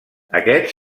aquests